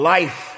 Life